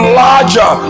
larger